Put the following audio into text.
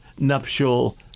nuptial